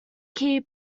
key